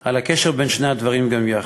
על הקשר בין שני הדברים גם יחד.